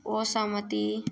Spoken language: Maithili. असहमति